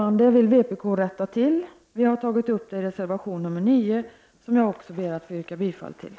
Det vill vpk rätta till. Vi har tagit upp det i reservation 9, som jag också ber att få yrka bifall till.